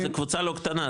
זה קבוצה לא קטנה,